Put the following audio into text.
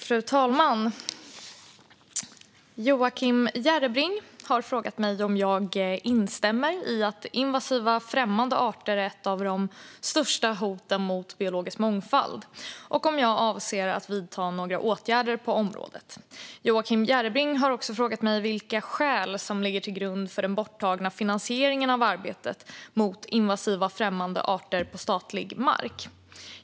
Fru talman! Joakim Järrebring har frågat mig om jag instämmer i att invasiva främmande arter är ett av de största hoten mot biologisk mångfald och om jag avser att vidta några åtgärder på området. Joakim Järrebring har också frågat mig vilka skäl som ligger till grund för den borttagna finansieringen av arbetet mot invasiva främmande arter på statlig mark.